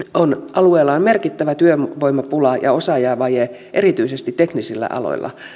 alueella on merkittävä työvoimapula ja osaajavaje erityisesti teknisillä aloilla